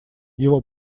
его